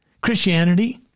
Christianity